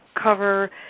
cover